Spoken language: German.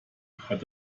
hat